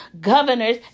governors